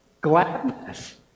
Gladness